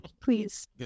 please